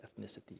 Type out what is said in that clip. ethnicity